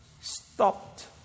stopped